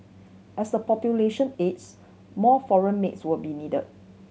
as the population ages more foreign maids will be needed